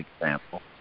example